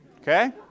Okay